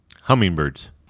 Hummingbirds